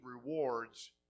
rewards